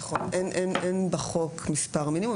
אין בחוק מספר מינימום.